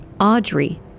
Audrey